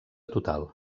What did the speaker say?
total